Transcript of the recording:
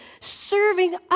serving